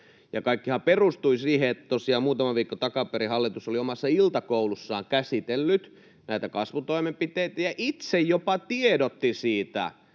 kaikkihan perustui siihen, että tosiaan muutama viikko takaperin hallitus oli omassa iltakoulussaan käsitellyt näitä kasvutoimenpiteitä ja itse jopa tiedotti siitä,